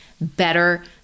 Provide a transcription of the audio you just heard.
better